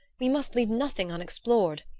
we must leave nothing unexplored.